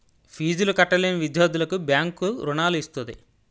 ఫీజులు కట్టలేని విద్యార్థులకు బ్యాంకు రుణాలు ఇస్తది